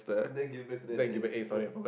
then give it back to them at the end ah ya